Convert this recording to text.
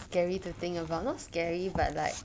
scary to think about not scary but like